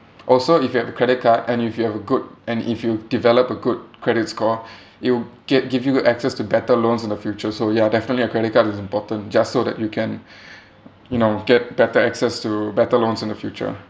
also if you have a credit card and if you have a good and if you develop a good credit score it'll get give you access to better loans in the future so ya definitely a credit card is important just so that you can you know get better access to better loans in the future